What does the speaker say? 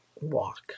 walk